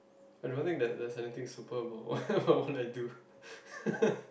I don't think that there's anything super about about what I do